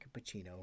Pacino